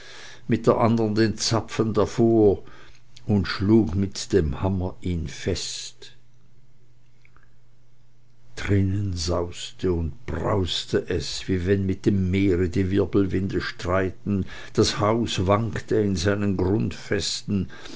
mit der andern den zapfen davor und schlug mit dem hammer ihn fest drinnen sauste und brauste es wie wenn mit dem meere die wirbelwinde streiten das haus wankte in seinen grundfesten